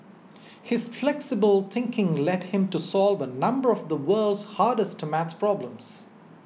his flexible thinking led him to solve a number of the world's hardest math problems